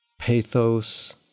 pathos